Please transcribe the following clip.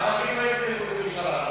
הערבים לא יתמכו במשאל עם,